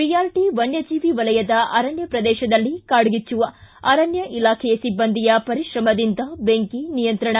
ಬಿಆರ್ಟ ವನ್ನಜೀವಿ ವಲಯದ ಅರಣ್ಯ ಪ್ರದೇಶದಲ್ಲಿ ಕಾಡ್ಗಿಚ್ಚು ಅರಣ್ಯ ಇಲಾಖೆ ಸಿಬ್ಬಂದಿಯ ಪರಿಶ್ರಮದಿಂದ ಬೆಂಕಿ ನಿಯಂತ್ರಣ